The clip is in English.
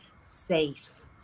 safe